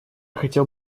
хотел